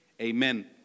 amen